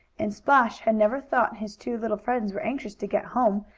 and splash had never thought his two little friends were anxious to get home,